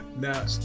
Now